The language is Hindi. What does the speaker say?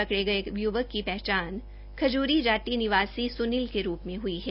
पकड़े गए य्वक की पहचान खजूरी जाटी निवासी सुनील के रूप में हई है